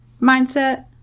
mindset